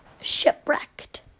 Shipwrecked